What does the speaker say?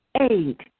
Eight